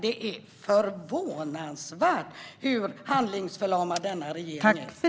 Det är förvånansvärt hur handlingsförlamad denna regering är.